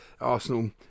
Arsenal